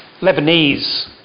Lebanese